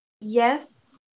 yes